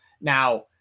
now